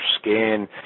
skin